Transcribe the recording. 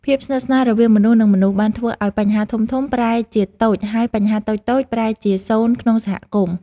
ភាពស្និទ្ធស្នាលរវាងមនុស្ស និងមនុស្សបានធ្វើឱ្យបញ្ហាធំៗប្រែជាតូចហើយបញ្ហាតូចៗប្រែជាសូន្យក្នុងសហគមន៍។